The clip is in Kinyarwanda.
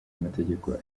amategeko